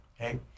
okay